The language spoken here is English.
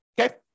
okay